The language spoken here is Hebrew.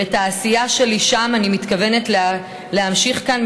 ואת העשייה שלי שם אני מתכוונת להמשיך כאן,